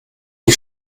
die